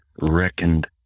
reckoned